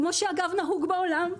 כמו שנהוג בעולם.